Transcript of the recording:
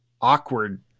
awkward